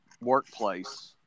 Workplace